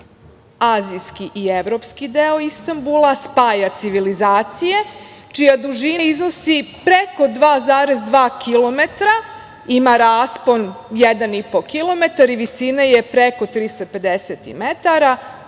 azijski i evropski deo Istambula, spaja civilizacije, čija dužina iznosi preko 2,2 kilometra, ima raspon 1,5 kilometar i visina je preko 350 metara,